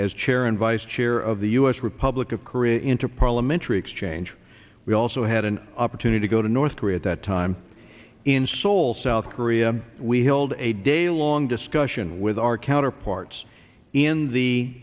as chair and vice chair of the us republic of korea into parliamentary exchange we also had an opportunity to go to north korea at that time in seoul south korea we held a day long discussion with our counterparts in the